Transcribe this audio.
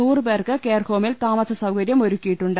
നൂറുപേർക്ക് കെയർഹോമിൽ താമസസൌകര്യം ഒരുക്കിയിട്ടുണ്ട്